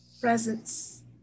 presence